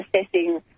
assessing